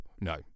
no